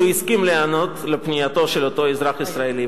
הסכים להיענות לפנייתו של אותו אזרח ישראלי.